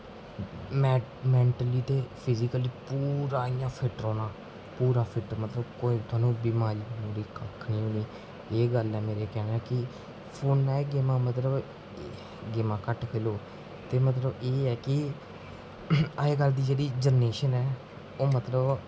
mentally ते physically पुरा इ'यां फिट रौह्ना पूरा फिट मतलब कोई थुआनू बिमारी कक्ख नेईं होनी एह गल्ल ऐ मेरे कैहने दा कि फोने च गेमां दा मतलब गेमां घट्ट खेढो एह्दा मतलब एह् ऐ कि अजकल दी जेह्ड़ी जनरेशन ऐ ओह् मतलब